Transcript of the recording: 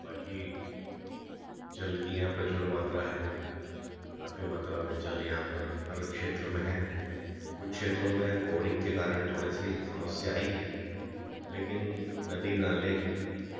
बाकी जल की यहाँ प्रचुर मात्रा है काफी मात्रा में जल यहाँ पर हर क्षेत्र में है कुछ क्षेत्रों में बोरिंग के कारण समस्या आई है लेकिन नदी नाले